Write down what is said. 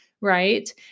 Right